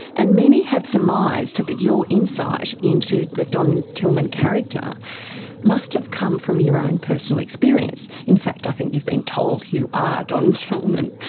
and many have surmised that your insight into the don tillman character must have come from your own personal experience. in fact i think you've been told you are don tillman.